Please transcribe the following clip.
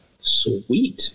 sweet